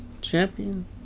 Champion